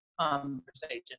conversation